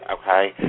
okay